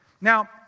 Now